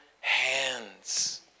hands